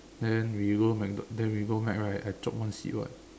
then we go Macdo~ then we go Mac right I chope one seat [what]